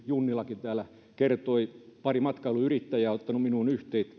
junnilakin täällä kertoi pari matkailuyrittäjää on ottanut minuun